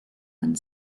and